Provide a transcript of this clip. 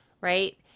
right